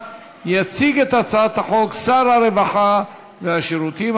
בעד, אני מוסיף אותה לפרוטוקול, גם את חבר הכנסת